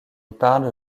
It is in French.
parle